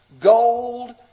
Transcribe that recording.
gold